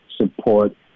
support